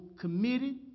committed